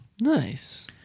Nice